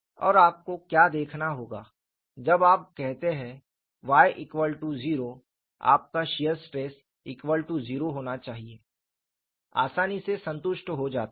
और आपको क्या देखना होगा जब आप कहते हैं y0 आपका शियर स्ट्रेस0 होना चाहिए आसानी से संतुष्ट हो जाता है